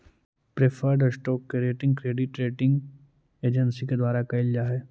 preferred stock के rating credit rating agency के द्वारा कैल जा हइ